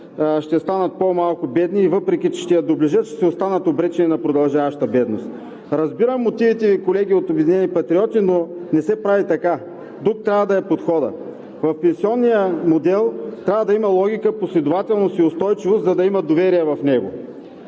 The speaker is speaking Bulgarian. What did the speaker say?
ще станат по-малко бедни и въпреки че ще я доближат, ще си останат обречени на продължаващата бедност. Разбирам мотивите Ви, колеги от „Обединени патриоти“, но не се прави така, друг трябва да е подходът. В пенсионния модел трябва да има логика, последователност и устойчивост, за да имат доверие в него.